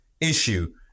issue